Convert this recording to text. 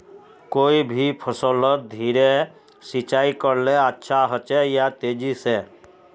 कोई भी फसलोत धीरे सिंचाई करले अच्छा होचे या तेजी से?